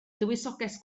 dywysoges